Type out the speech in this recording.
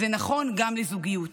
זה נכון גם לזוגיות.